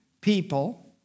people